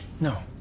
No